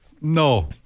No